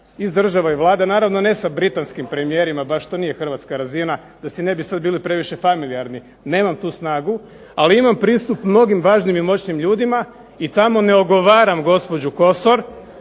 iz države i Vlade naravno ne sa britanskim premijerima, to nije hrvatska razina da si ne bi svi bili previše familijarni nemam tu snagu, ali imam pristup mnogim važnim i moćnim ljudima i tamo ne ogovaram gospođu Kosor